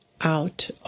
out